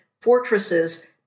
fortresses